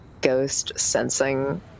ghost-sensing